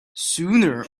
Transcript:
sooner